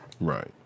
Right